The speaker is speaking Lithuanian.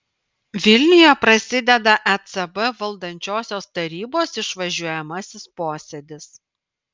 vilniuje prasideda ecb valdančiosios tarybos išvažiuojamasis posėdis